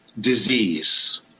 disease